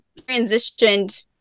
transitioned